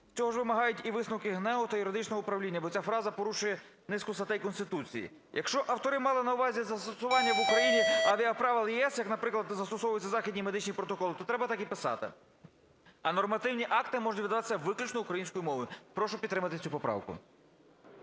цього ж вимагають і висновки ГНЕУ та юридичного управління, бо ця фраза порушує низку статей Конституції. Якщо автори мали на увазі застосування в Україні авіаправил ЄС, як, наприклад, застосовуються західні медичні протоколи, то треба так і писати. А нормативні акти можуть видаватися виключно українською мовою. Прошу підтримати цю поправку.